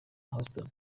houston